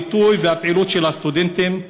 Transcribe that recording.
הביטוי והפעילות של הסטודנטים.